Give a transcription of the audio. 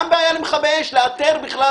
גם בעיה למכבי אש לאתר בכלל